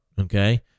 Okay